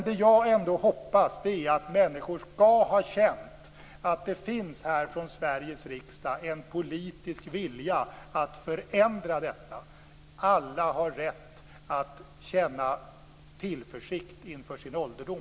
Det jag ändå hoppas är att människor skall ha känt att det från Sveriges riksdag finns en politisk vilja att förändra detta. Alla har rätt att känna tillförsikt inför sin ålderdom.